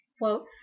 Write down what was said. quote